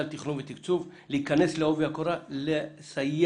לתכנון ולתקצוב להיכנס לעובי הקורה ולסיים